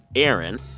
aaron,